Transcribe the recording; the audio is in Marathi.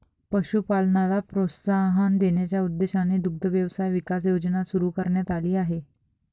पशुपालनाला प्रोत्साहन देण्याच्या उद्देशाने दुग्ध व्यवसाय विकास योजना सुरू करण्यात आली आहे